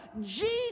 Jesus